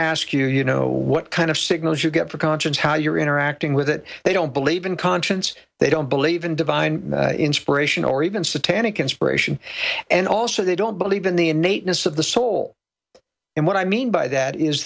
ask you you know what kind of signals you get for conscience how you're interacting with it they don't believe in conscience they don't believe in divine inspiration or even satanic inspiration and also they don't believe in the innateness of the soul and what i mean by that is